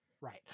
Right